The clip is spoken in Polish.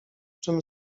czym